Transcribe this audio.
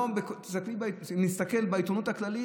אם נסתכל בעיתונות הכללית,